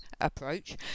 approach